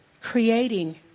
creating